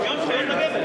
שוויון זכויות לגבר.